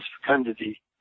fecundity